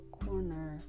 corner